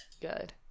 Good